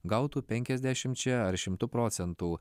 gautų penkiasdešimčia ar šimtu procentų